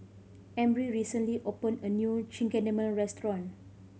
Emry recently opened a new Chigenabe Restaurant